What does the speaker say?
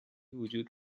وجود